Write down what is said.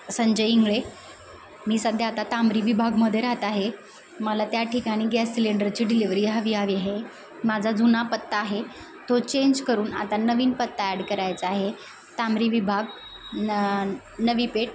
संजय इंगळे मी सध्या आता तामरी विभागमध्ये राहात आहे मला त्या ठिकाणी गॅस सिलेंडरची डिलेवरी हवी हवी आहे माझा जुना पत्ता आहे तो चेंज करून आता नवीन पत्ता ॲड करायचा आहे तामरी विभाग न नवी पेठ